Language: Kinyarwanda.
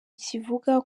kivuga